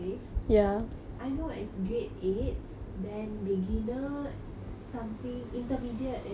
I know it's grade eight then beginner something intermediate and advanced right